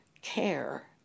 care